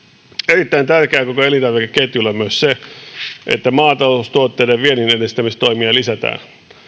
erittäin tärkeää koko elintarvikeketjulle on myös se että maataloustuotteiden viennin edistämistoimia lisätään